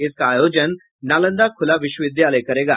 इसका आयोजन नालंदा खुला विश्वविद्यालय करेगा